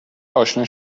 آشنا